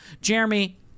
Jeremy